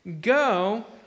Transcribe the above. Go